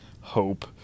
hope